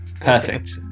Perfect